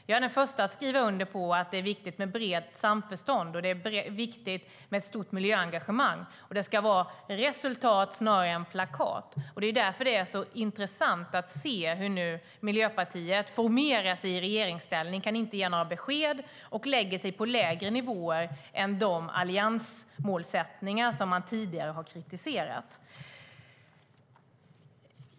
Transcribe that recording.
Jag är den första att skriva under på att det är viktigt med ett brett samförstånd och ett stort miljöengagemang. Det ska vara resultat snarare än plakat. Det är därför det är så intressant att se hur nu Miljöpartiet formerar sig i regeringsställning. De kan inte ge några besked, och de lägger sig på lägre nivåer än de alliansmålsättningar som de tidigare har kritiserat.